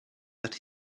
that